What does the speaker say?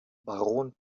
baron